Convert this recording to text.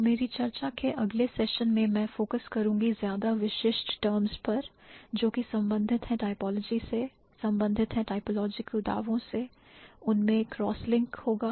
तो मेरी चर्चा के अगले सेशन में मैं फोकस करूंगी ज्यादा विशिष्ट टर्मस पर जो कि संबंधित हैं typology से संबंधित हैं typological दावों से उनमें क्रॉसलिंक होगा